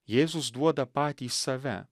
jėzus duoda patį save